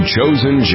Chosen